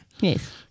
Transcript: Yes